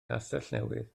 castellnewydd